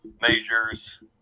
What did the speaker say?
majors